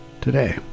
today